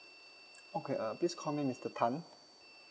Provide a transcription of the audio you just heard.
okay uh please call me mister tan